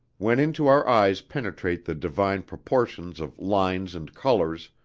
when into our eyes penetrate the divine proportions of lines and colors,